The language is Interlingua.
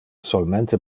solmente